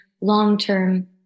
long-term